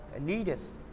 leaders